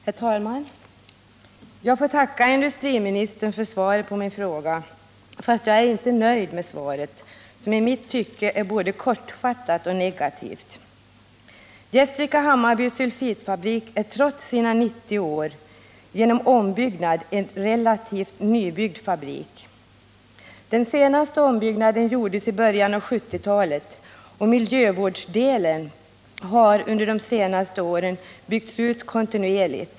Herr talman! Jag får tacka industriministern för svaret på min fråga fast jag inte är nöjd med det. Det är i mitt tycke både kortfattat och negativt. Gästrike-Hammarby sulfitfabrik är, trots sina 90 år, genom ombyggnad en relativt modern fabrik. Den senaste ombyggnaden gjordes i början av 1970-talet, och miljövårdsdelen har under de senaste åren byggts ut kontinuerligt.